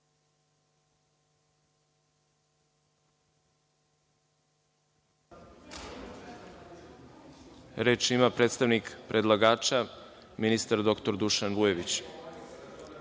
amandmanu predstavnik predlagača ministar dr Dušan Vujović.